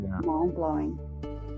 mind-blowing